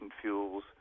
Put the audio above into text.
fuels